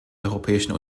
europäischen